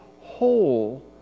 whole